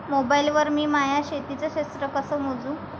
Mobile वर मी माया शेतीचं क्षेत्र कस मोजू?